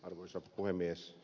arvoisa puhemies